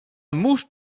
mouche